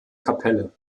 kapelle